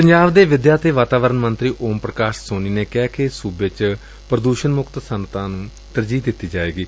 ਪੰਜਾਬ ਦੇ ਵਿਦਿਆ ਅਤੇ ਵਾਤਾਵਰਣ ਮੰਤਰੀ ਓਮ ਪ੍ਰਕਾਸ਼ ਸੋਨੀ ਨੇ ਕਿਹੈ ਕਿ ਸੁਬੇ ਚ ਪ੍ਰਦੁਸ਼ਣ ਮੁਕਤ ਸੱਨਅਤਾ ਨੂੰ ਤਰਜੀਹ ਦਿੱਤੀ ਜਾਏਗੀ